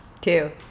Two